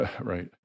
Right